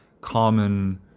common